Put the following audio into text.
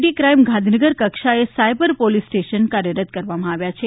D crime Gandhinagar કક્ષાએ cyber police station કાર્યરત કરવામાં આવ્યા છે